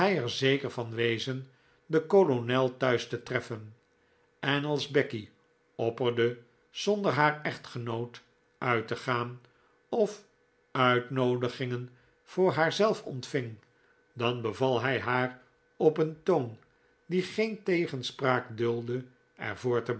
er zeker van wezen den kolonel thuis te treffen en als becky opperde zonder haar echtgenoot uit te gaan of uitnoodigingen voor haarzelf ontving dan beval hij haar op een toon die geen tegenspraak duldde er voor te